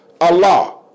Allah